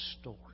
story